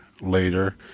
later